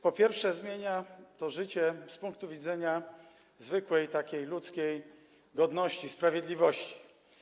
Po pierwsze, zmienia to życie z punktu widzenia zwykłej ludzkiej godności, sprawiedliwości.